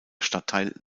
stadtteil